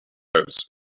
lives